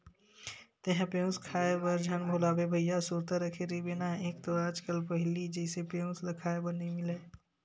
तेंहा पेयूस खवाए बर झन भुलाबे भइया सुरता रखे रहिबे ना एक तो आज कल पहिली जइसे पेयूस क खांय बर नइ मिलय